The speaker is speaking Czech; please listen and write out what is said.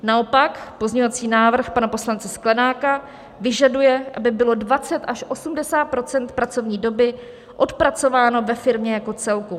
Naopak pozměňovací návrh pana poslance Sklenáka vyžaduje, aby bylo 20 až 80 % pracovní doby odpracováno ve firmě jako celku.